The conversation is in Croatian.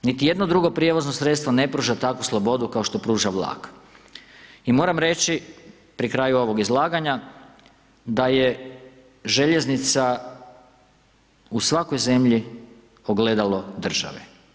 Niti jedno drugo prijevozno sredstvo ne pruža takvu slobodu kao što pruža vlak i moram reći pri kraju ovog izlaganja, da je željeznica u svakoj zemlji ogledalo države.